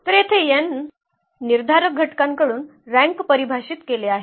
तर येथे n निर्धारक ाकडून रँक परिभाषित केले आहे